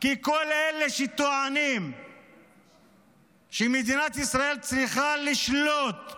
כי כל אלה שטוענים שמדינת ישראל צריכה לשלוט,